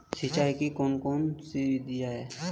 सिंचाई की कौन कौन सी विधियां हैं?